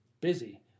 busy